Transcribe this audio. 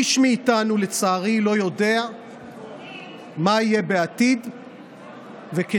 איש מאיתנו, לצערי, לא יודע מה יהיה בעתיד וכיצד